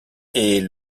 est